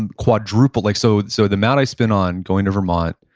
and quadruple like so so the amount i spend on going to vermont,